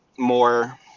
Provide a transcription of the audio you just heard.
more